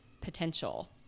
potential